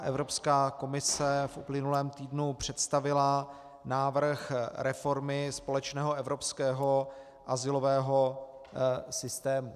Evropská komise v uplynulém týdnu představila návrh reformy společného evropského azylového systému.